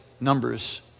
numbers